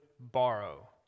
borrow